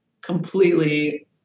completely